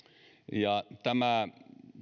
tämä